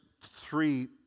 three